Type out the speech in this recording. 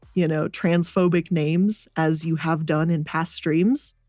you know, transphobic names as you have done in past streams,